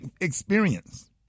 experience